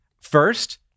first